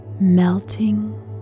melting